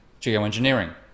geoengineering